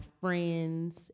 friends